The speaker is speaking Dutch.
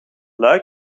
luik